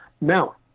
Now